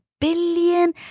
billion